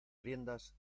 riendas